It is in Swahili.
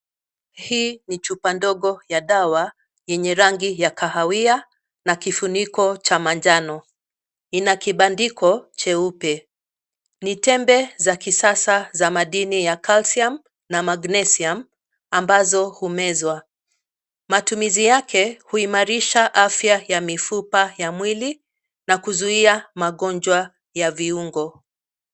Hii ni chupa ndogo ya dawa yenye rangi ya kahawia na kifuniko cha manjano. Ina kibandiko cheupe. Ni tembe za kisasa za madini ya Calcium na Magnesium ambazo humezwa. Matumizi yake huimarisha afya ya mifupa ya mwili na kuzuia magonjwa ya viungo.